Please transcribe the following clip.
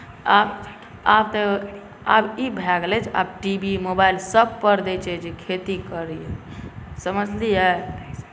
आब तऽ ई भए गेलै जे टी वी मोबाइल सभपर दैत छै जे खेती करी समझलियै